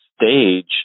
stage